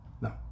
No